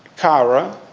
kyra,